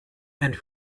and